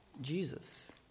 Jesus